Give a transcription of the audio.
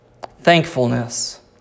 Thankfulness